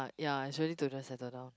ah ya is really to just settle down